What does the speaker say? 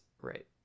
right